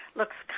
looks